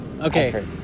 Okay